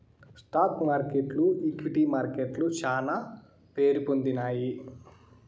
stock మార్కెట్లు equity మార్కెట్లు శానా పేరుపొందినాయి